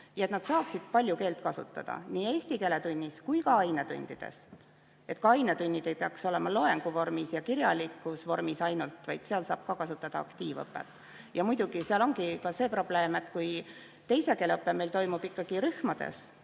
Ja et nad saaksid palju keelt kasutada nii eesti keele tunnis kui ka ainetundides. Ka ainetunnid ei peaks olema ainult loengu vormis ja kirjalikus vormis, vaid seal saab kasutada ka aktiivõpet. Muidugi seal ongi see probleem, et teise keele õpe toimub ikkagi rühmades,